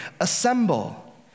assemble